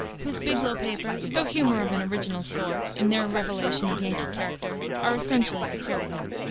whose biglow papers, though humor of an original sort in their revelation of yankee character, are essentially satirical.